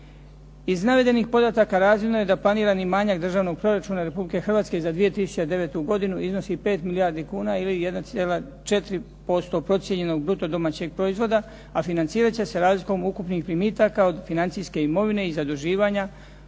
Iz navedenih podataka razvidno je da planirani manjak Državnog proračuna Republike Hrvatske za 2009. godinu iznosi 5 milijardi kuna ili 1,4% procijenjenog bruto domaćeg proizvoda, a financirat će se razlikom ukupnih primitaka od financijske imovine i zaduživanja